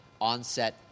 onset